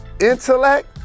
intellect